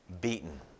beaten